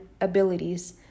abilities